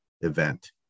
event